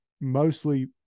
mostly